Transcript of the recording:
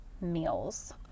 meals